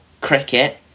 cricket